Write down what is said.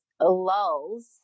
lulls